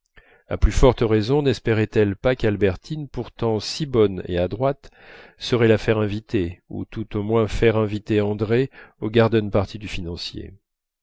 à plus forte raison nespérait elle pas qu'albertine pourtant si bonne et adroite saurait la faire inviter ou tout au moins faire inviter andrée aux garden parties du financier